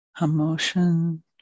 emotion